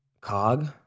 cog